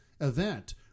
event